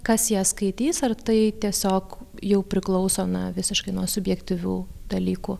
kas ją skaitys ar tai tiesiog jau priklauso na visiškai nuo subjektyvių dalykų